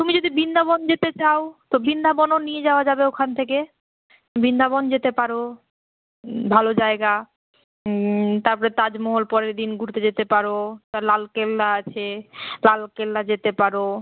তুমি যদি বৃন্দাবন যেতে চাও তো বৃন্দাবনও নিয়ে যাওয়া যাবে ওখান থেকে বৃন্দাবন যেতে পারো ভালো জায়গা তারপরে তাজমহল পরের দিন ঘুরতে যেতে পারো তা লাল কেল্লা আছে লাল কেল্লা যেতে পারো